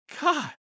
God